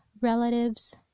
relatives